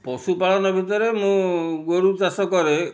ପଶୁପାଳନ ଭିତରେ ମୁଁ ଗୋରୁ ଚାଷ କରେ